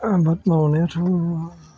आबाद मावनायाथ'